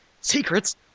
Secrets